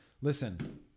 Listen